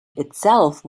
itself